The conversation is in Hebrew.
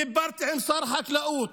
דיברתי עם שר החקלאות,